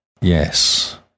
Yes